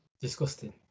Disgusting